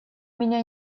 меня